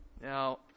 Now